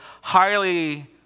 highly